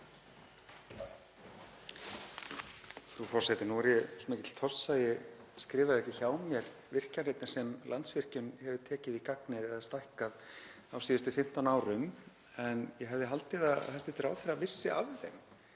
Frú forseti. Nú er ég svo mikill tossi að ég skrifaði ekki hjá mér virkjanirnar sem Landsvirkjun hefur tekið í gagnið eða stækkað á síðustu 15 árum en ég hefði haldið að hæstv. ráðherra vissi af þeim.